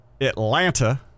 Atlanta